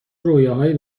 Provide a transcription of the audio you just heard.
رویاهایی